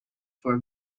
for